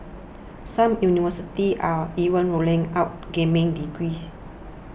some universities are even rolling out gaming degrees